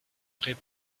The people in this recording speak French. très